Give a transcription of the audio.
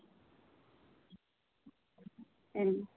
ᱦᱮᱸ